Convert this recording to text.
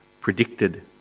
predicted